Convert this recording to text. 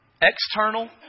external